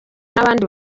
n’abandi